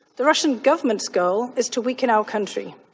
the russian government's goal is to weaken our country,